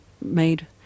made